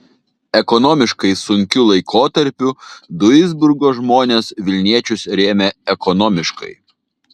ekonomiškai sunkiu laikotarpiu duisburgo žmonės vilniečius rėmė ekonomiškai